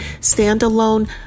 standalone